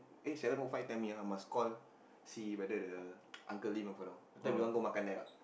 eh seven O five tell me ah I must call see whether the Uncle-Lim have or not later we want go makan there